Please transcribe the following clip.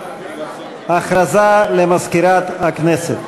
הודעה למזכירת הכנסת.